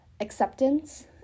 acceptance